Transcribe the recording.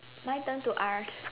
my turn to ask